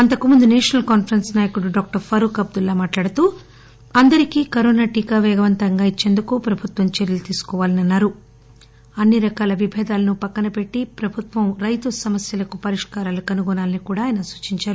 అంతకు ముందు national conference నాయకుడు డాక్టర్ ఫరూక్ అబ్దుల్లా మాట్లాడుతూ అందరికీ కరోనా టీకా పేగవంతంగా ఇచ్చేందుకు ప్రభుత్వం చర్యలు తీసుకోవాలని చెప్పారు అన్ని రకాల విభేదాలను పక్కనపెట్టి ప్రభుత్వం రైతు సమస్యలకు పరిష్కారాలు కనుగొనాలని కూడా ఆయన సూచించారు